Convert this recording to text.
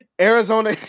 Arizona